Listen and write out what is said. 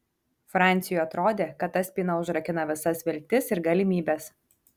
franciui atrodė kad ta spyna užrakina visas viltis ir galimybes